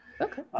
okay